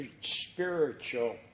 spiritual